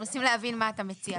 אנחנו מנסים להבין מה אתה מציע.